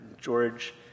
George